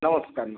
ନମସ୍କାର ନମସ୍କାର